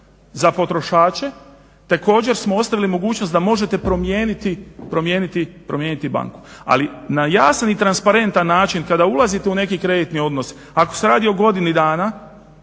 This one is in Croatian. za potrošače, također smo ostavili mogućnost da možete promijeniti banku. Ali na jasan i transparentan način kada ulazite u neki kreditni odnos ako se radi o godini dana